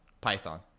Python